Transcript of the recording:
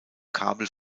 kabel